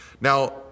Now